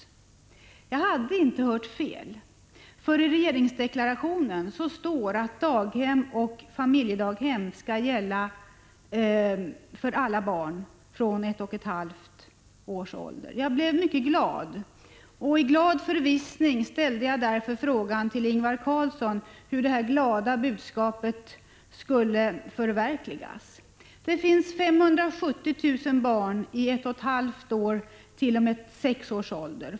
Men jag hade inte hört fel, för i regeringsdeklarationen står det att daghem och familjedaghem skall gälla alla barn från ett och ett halvt års ålder. Jag blev mycket glad. I den förvissningen frågade jag Ingvar Carlsson hur detta glada budskap skulle förverkligas. Det finns 570 000 barn i åldern 18 månader-sex år.